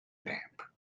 damp